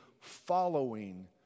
following